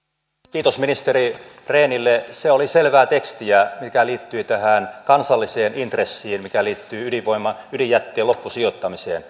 kiitos ministeri rehnille se oli selvää tekstiä joka liittyy tähän kansalliseen intressiin joka liittyy ydinjätteen loppusijoittamiseen